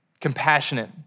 Compassionate